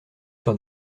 sur